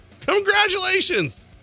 Congratulations